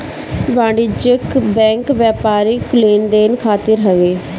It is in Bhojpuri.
वाणिज्यिक बैंक व्यापारिक लेन देन खातिर हवे